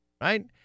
Right